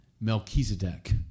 Melchizedek